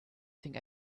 think